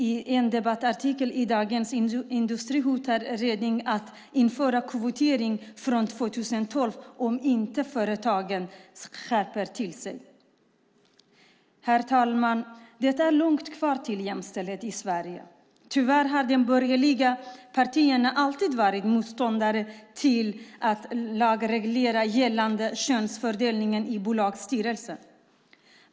I en debattartikel i Dagens Industri hotar Reding att införa kvotering från 2012 om inte företagen skärper sig. Herr talman! Det är långt kvar till jämställdhet i Sverige. Tyvärr har de borgerliga partierna alltid varit motståndare till att lagreglera könsfördelningen i bolagsstyrelser.